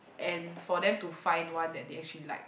and for them to find one that they actually like